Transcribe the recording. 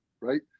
right